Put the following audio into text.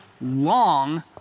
long